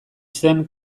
zen